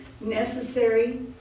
necessary